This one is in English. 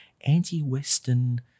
anti-Western